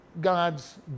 God's